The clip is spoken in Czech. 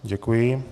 Děkuji.